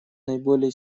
наиболее